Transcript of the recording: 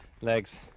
legs